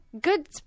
good